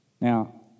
Now